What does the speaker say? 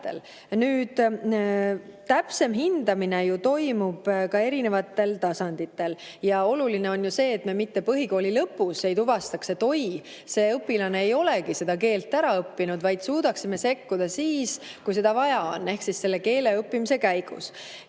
Täpsem hindamine toimub ka erinevatel tasanditel. Oluline on ju see, et me mitte põhikooli lõpus ei tuvastaks, et oi! see õpilane ei olegi seda keelt ära õppinud, vaid suudaksime sekkuda siis, kui seda vaja on, ehk siis keele õppimise käigus.